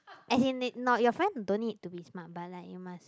as in need not your friends don't need to be smart but like you must